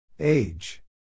Age